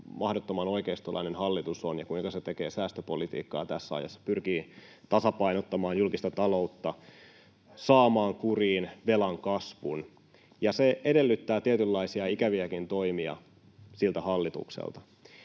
oikeistolainen hallitus on ja kuinka se tekee säästöpolitiikkaa tässä ajassa, pyrkii tasapainottamaan julkista taloutta, saamaan kuriin velan kasvun ja se edellyttää tietynlaisia ikäviäkin toimia siltä hallitukselta,